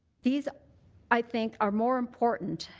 these i think are more important.